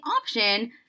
option